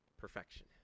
perfection